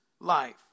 life